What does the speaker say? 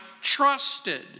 trusted